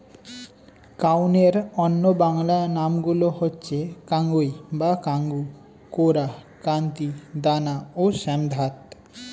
কাউনের অন্য বাংলা নামগুলো হচ্ছে কাঙ্গুই বা কাঙ্গু, কোরা, কান্তি, দানা ও শ্যামধাত